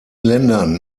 ländern